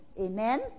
Amen